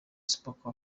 super